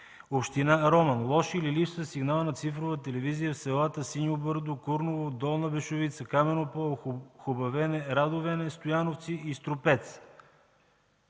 община Роман – лош или липсващ сигнал за цифрова телевизия в селата Синьо бърдо, Курново, Долна Бешовица, Камено поле, Хубавене, Радовене, Стояновци и Струпец.